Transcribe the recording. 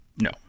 no